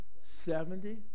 Seventy